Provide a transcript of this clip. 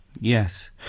Yes